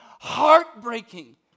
heartbreaking